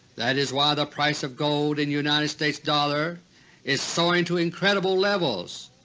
that is why the price of gold in united states dollars is soaring to incredible levels.